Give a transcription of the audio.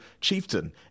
chieftain